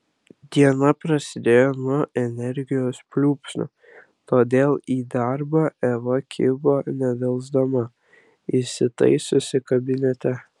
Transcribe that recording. diena prasidėjo nuo energijos pliūpsnio todėl į darbą eva kibo nedelsdama įsitaisiusi kabinete